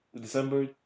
December